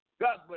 God